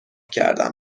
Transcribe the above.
کردم